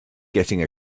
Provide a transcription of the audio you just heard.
getting